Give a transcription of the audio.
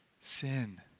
Sin